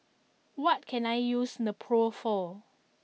what can I use Nepro for